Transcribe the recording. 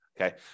Okay